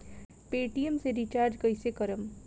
Paytm से recharge कईसे करम?